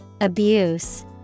Abuse